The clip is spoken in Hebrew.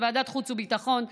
לוועדת החוץ והביטחון,